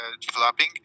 developing